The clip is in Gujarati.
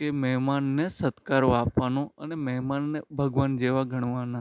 કે મહેમાનને સત્કારો આપવાનો અને મહેમાનને ભગવાન જેવા ગણવાના